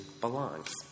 belongs